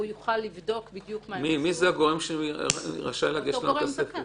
מי זה הגורם שרשאי לגשת לכספת?